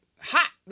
hot